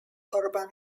urban